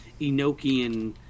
Enochian